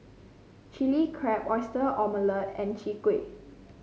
Chilli Crab Oyster Omelette and Chwee Kueh